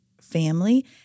family